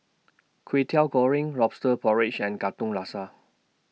Kwetiau Goreng Lobster Porridge and Katong Laksa